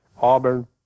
Auburn